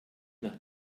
nach